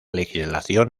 legislación